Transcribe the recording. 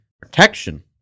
protection